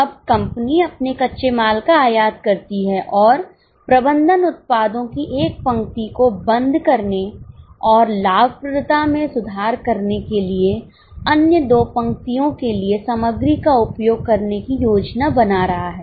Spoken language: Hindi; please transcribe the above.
अब कंपनी अपने कच्चे माल का आयात करती है और प्रबंधन उत्पादों की एक पंक्ति को बंद करने और लाभप्रदता में सुधार करने के लिए अन्य दो पंक्तियों के लिए सामग्री का उपयोग करने की योजना बना रहा है